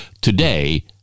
Today